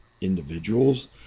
individuals